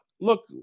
look